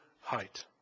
height